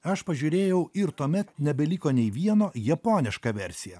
aš pažiūrėjau ir tuomet nebeliko nei vieno japonišką versi